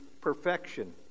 perfection